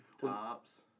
tops